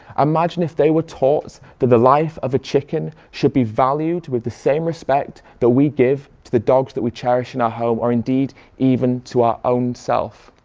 imagine if they were taught that the life of a chicken should be valued with the same respect that we give to the dogs that we cherish in our home or indeed even to our own self.